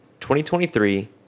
2023